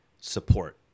support